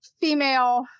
female